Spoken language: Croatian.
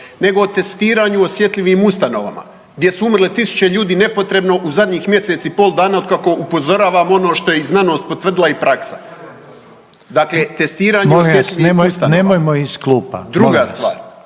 nego o testiranju osjetljivim ustanovama gdje su umrle tisuće ljudi nepotrebno u zadnjih mjesec i pol dana otkako upozoravamo ono što je i znanost potvrdila i praksa. Dakle, testiranje, .../Upadica: Molim vas,